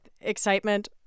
excitement